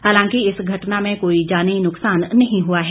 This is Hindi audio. हालांकि इस घटना में कोई जानी नुकसान नहीं हुआ है